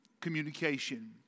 communication